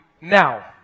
now